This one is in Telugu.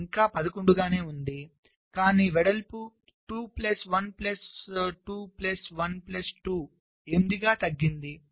ఇది ఇంకా 11 గా ఉంది కానీ వెడల్పు 2 ప్లస్ 1 ప్లస్ 2 ప్లస్ 1 ప్లస్ 2 తగ్గింది